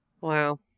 Wow